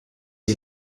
you